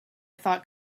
thought